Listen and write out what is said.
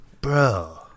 Bro